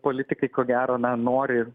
politikai ko gero na nori